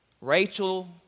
Rachel